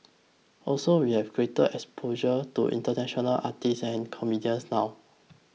also we have greater exposure to international artists and comedians now